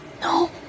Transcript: No